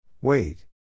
Wait